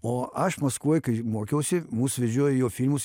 o aš maskvoj kai mokiausi mus vežiojo į jo filmus